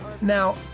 Now